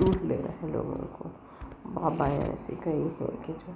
لوٹ لے رہے ہیں لوگوں کو بابا ہیں ایسے کئی ہیں کہ جو